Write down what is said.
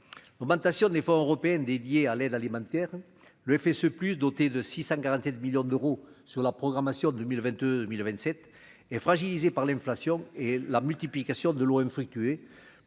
augmentation des fois européenne dédiée à l'aide alimentaire, le FSE plus doté de 647 millions d'euros sur la programmation 2000 22027 et fragilisée par l'inflation et la multiplication de l'OM fluctuer,